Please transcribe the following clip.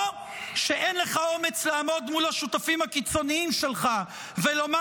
או שאין לך אומץ לעמוד מול השותפים הקיצוניים שלך ולומר